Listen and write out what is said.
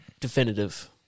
definitive